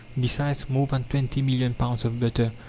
besides, more than twenty million pounds of butter,